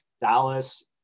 Dallas